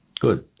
Good